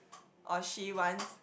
or she wants